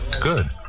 Good